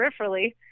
peripherally